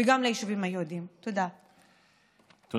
ביחד עם בתי החולים,